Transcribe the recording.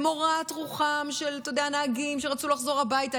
למורת רוחם של נהגים שרצו לחזור הביתה.